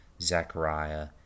Zechariah